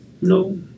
No